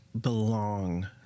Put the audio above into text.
belong